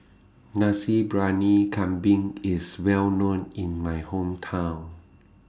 Nasi Briyani Kambing IS Well known in My Hometown